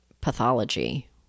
pathology